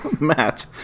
Matt